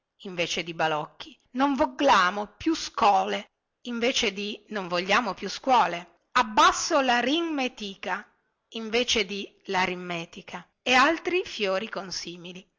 invece di balocchi non voglamo più schole invece di non vogliamo più scuole abbasso larin metica invece di laritmetica e altri fiori consimili